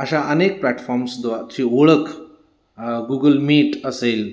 अशा अनेक प्लॅटफॉर्म्स द्वा ची ओळख गुगल मीट असेल